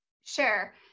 Sure